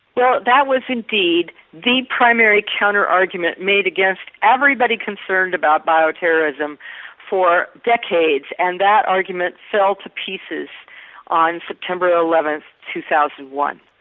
well that was indeed the primary counter argument made against everybody concerned about bio terrorism for decades and that argument fell to pieces on september eleventh two thousand and one.